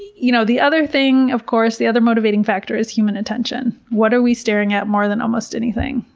you know the other thing, of course, the other motivating factor is human attention. what are we staring at more than almost anything?